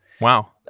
Wow